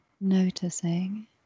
noticing